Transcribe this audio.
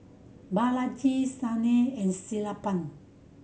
Balaji Sunil and Sellapan